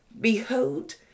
Behold